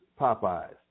Popeye's